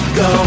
go